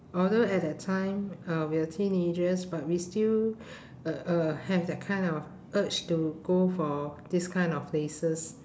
although at that time uh we're teenagers but we still uh uh have that kind of urge to go for these kind of places